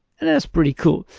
and that's pretty cool.